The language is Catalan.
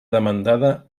demandada